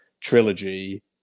trilogy